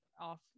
off